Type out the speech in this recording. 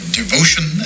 devotion